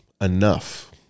enough